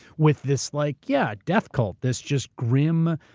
with this like yeah, death cult. this just grim,